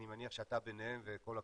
אני מניח שאתה ביניהם וכל הכבוד,